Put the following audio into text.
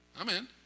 Amen